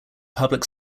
public